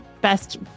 best